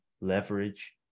leverage